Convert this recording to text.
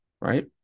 right